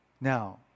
now